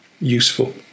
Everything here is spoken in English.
useful